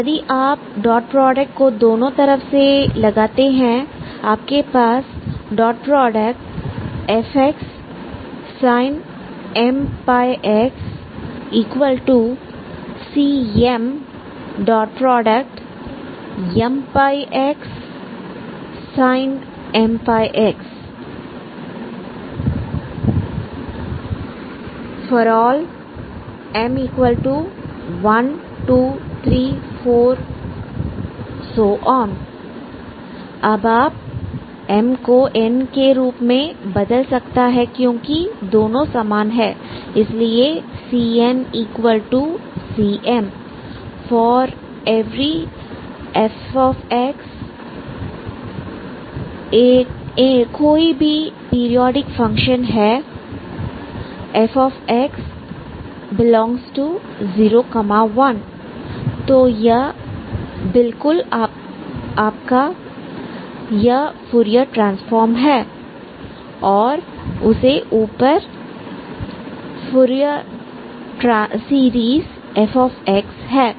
यदि आप dot product को दोनों तरफ से लगाते हैं आपके पास fxsin mπx Cmmπxsin mπx ∀ m1234 अब आप m को n के रूप में बदल सकता है क्योंकि दोनों समान हैं इसलिए CnCm ∀ fxis any periodic function f∈01 तो यह बिल्कुल आपका तो यह फूरियर ट्रांसफॉर्म है और उसे ऊपर f फूरियर सीरीस है